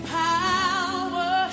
power